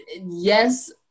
yes